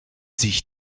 sich